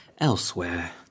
elsewhere